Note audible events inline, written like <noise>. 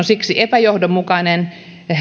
<unintelligible> siksi epäjohdonmukainen